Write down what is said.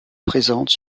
présente